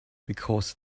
because